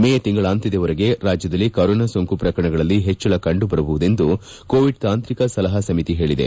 ಮೇ ತಿಂಗಳಾಂತ್ಲದವರೆಗೆ ರಾಜ್ಲದಲ್ಲಿ ಕೋರೋನಾ ಸೋಂಕು ಪ್ರಕರಣಗಳಲ್ಲಿ ಹೆಚ್ಲಳ ಕಂಡುಬರಹುದೆಂದು ಕೋವಿಡ್ ತಾಂತ್ರಿಕ ಸಲಹಾ ಸಮಿತಿ ಹೇಳಿದೆ